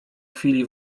chwili